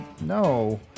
no